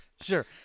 sure